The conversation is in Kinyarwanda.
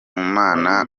mana